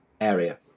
area